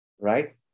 right